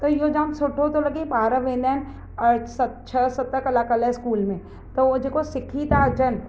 त इहो जाम सुठो थो लॻे ॿार वेंदा आहिनि छह सत कलाक लाइ स्कूल में त उहो जेको सिखी था अचनि